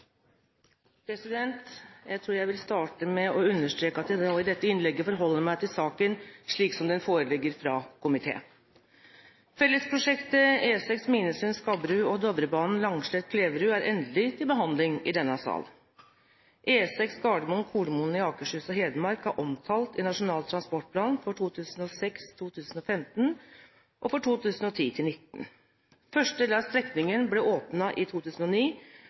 Jeg tror jeg vil starte med å understreke at jeg i dette innlegget forholder meg til saken slik den foreligger fra komiteen. Fellesprosjektet E6 Minnesund–Skaberud og Dovrebanen Langset–Kleverud er endelig til behandling i denne sal. E6 Gardermoen–Kolomoen i Akershus og Hedmark er omtalt i Nasjonal transportplan 2006–2015 og 2010–2019. Første del av strekningen ble åpnet i 2009, og den andre etappen ble åpnet 7. november i år. Veiprosjektet Dal–Minnesund, 19 nye kilometer på E6, ble